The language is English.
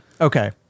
Okay